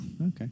Okay